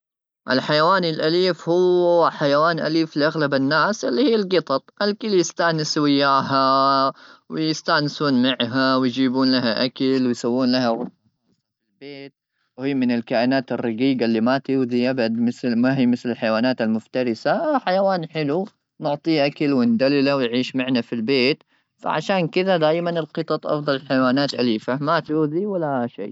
الحيوان الاليف هو حيوان اليف لاغلب الناس اللي هي القطط الكريستال نسويها ويستانس معها ويجيبون لها اكل ويسوون لها غرفه خاصه في البيت وهي من الكائنات الرقيقه اللي ما تؤذي ابدا مثل ما هي مثل الحيوانات المفترسه حيوان حلو نعطيه اكل وندل ويعيش معنا في البيت فعشان كذا دائما القطط افضل الحيوانات اليفه ما تؤذي ولا شئ